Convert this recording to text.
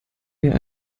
mir